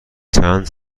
چند